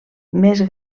més